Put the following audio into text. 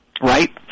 right